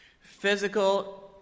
Physical